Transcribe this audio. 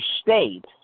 state